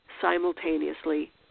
simultaneously